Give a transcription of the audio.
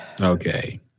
Okay